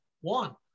one